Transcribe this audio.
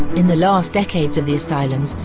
in the last decades of the asylums,